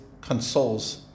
consoles